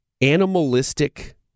animalistic